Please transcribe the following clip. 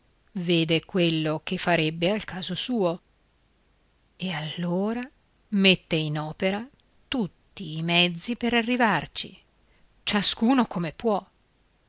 vede quello che farebbe al caso suo e allora mette in opera tutti i mezzi per arrivarci ciascuno come può